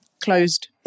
closed